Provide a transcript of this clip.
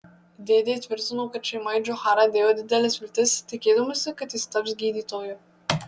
dėdė tvirtino kad šeima į džocharą dėjo dideles viltis tikėdamasi kad jis taps gydytoju